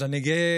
אז אני גאה,